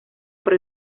por